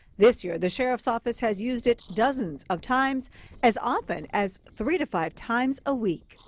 this year, the sheriff's office has used it dozens of times as often as three to five times a week.